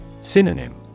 Synonym